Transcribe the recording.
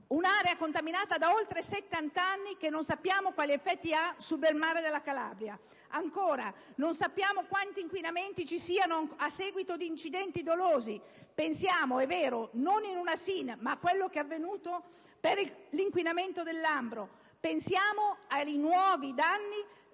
un'area contaminata da oltre 70 anni - che non sappiamo quali effetti abbia sul bel mare della Calabria? Non sappiamo quanti inquinamenti ci siano a seguito di incidenti dolosi. Pensiamo a quel che è avvenuto per l'inquinamento del Lambro. Pensiamo ai nuovi danni